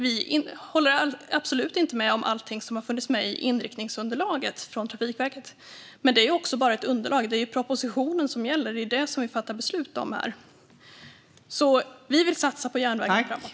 Vi håller absolut inte med om allting som har funnits med i inriktningsunderlaget från Trafikverket, men det är också bara ett underlag. Det är ju propositionen som gäller och som vi fattar beslut om här. Vi vill satsa på järnvägen framåt.